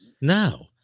No